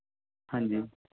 ਹਾਂਜੀ